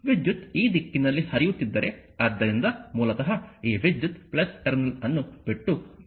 ವಿದ್ಯುತ್ ಈ ದಿಕ್ಕಿನಲ್ಲಿ ಹರಿಯುತ್ತಿದ್ದರೆ ಆದ್ದರಿಂದ ಮೂಲತಃ ಈ ವಿದ್ಯುತ್ ಟರ್ಮಿನಲ್ ಅನ್ನು ಬಿಟ್ಟು ಟರ್ಮಿನಲ್ ಅನ್ನು ಪ್ರವೇಶಿಸುತ್ತದೆ